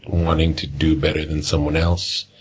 wanting to do better than someone else.